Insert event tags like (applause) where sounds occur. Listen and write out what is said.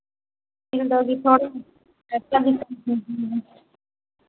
सिल दोगी थोड़े एक्स्ट्रा भी (unintelligible)